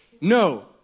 No